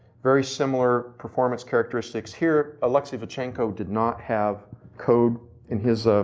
very similar performance characteristics. here alexey vatchenko did not have code in his